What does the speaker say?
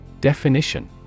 Definition